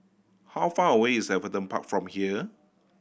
how far away is Everton Park from here